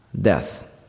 death